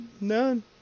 None